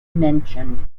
mentioned